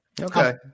Okay